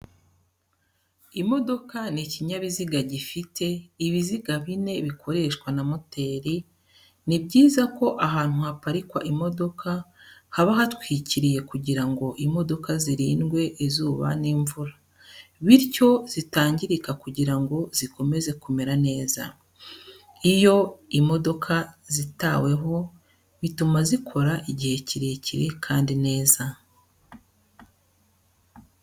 Imodoka ni ikinyabiziga gifite ibiziga bine bikoreshwa na moteri, ni byiza ko ahantu haparikwa imodoka haba hatwikiriye kugira ngo imodoka zirindwe izuba n'imvura, bityo zitangirika kugirango zikomeze kumera neza. Iyo imodoka zitaweho bituma zikora igihe kirekire kandi neza.